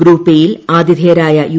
group A യിൽ ആതിഥേയരായ U